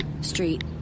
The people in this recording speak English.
Street